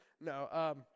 no